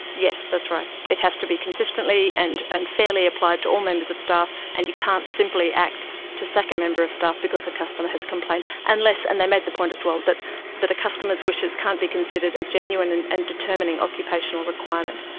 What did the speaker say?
yes, that's right, it has to be consistently and and fairly applied to all members of staff and you can't simply act to sack a member of staff because a customer has complained, unless, and they made the point as well that that a customer's wishes can't be considered a genuine and and determining occupational requirement.